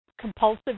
compulsive